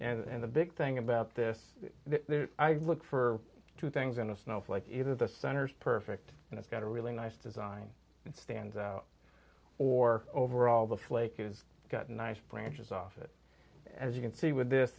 and the big thing about this i look for two things in a snowflake either the center's perfect and it's got a really nice design stand or overall the flake you've got nice branches off it as you can see with this